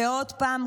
ועוד פעם,